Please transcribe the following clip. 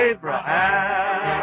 Abraham